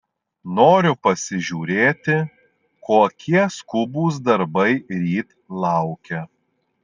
noriu pasižiūrėti kokie skubūs darbai ryt laukia